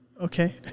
Okay